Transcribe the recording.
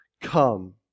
Come